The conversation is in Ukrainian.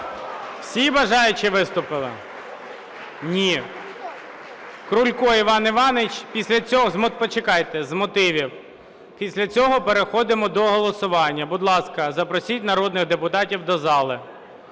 Всі бажаючі виступили? Ні. Крулько Іван Іванович – з мотивів. Після цього переходимо до голосування. Будь ласка, запросіть народних депутатів до зали.